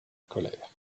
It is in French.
colère